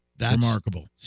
Remarkable